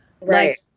Right